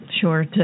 Sure